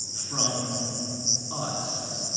from us.